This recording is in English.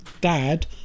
dad